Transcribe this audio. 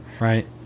right